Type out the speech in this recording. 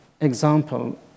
example